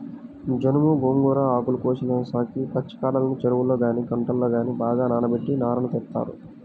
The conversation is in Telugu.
జనుము, గోంగూర ఆకులు కోసేసినాక పచ్చికాడల్ని చెరువుల్లో గానీ కుంటల్లో గానీ బాగా నానబెట్టి నారను తీత్తారు